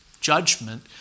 judgment